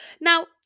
Now